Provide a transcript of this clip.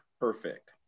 perfect